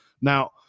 Now